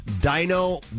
Dino